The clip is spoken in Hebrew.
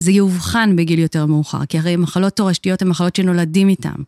זה יאובחן בגיל יותר מאוחר כי הרי מחלות תורשתיות הן מחלות שנולדים איתן.